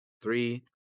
Three